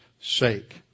sake